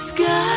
Sky